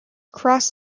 cross